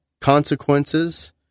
consequences